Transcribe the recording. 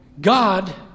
God